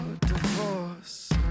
divorce